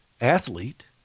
athlete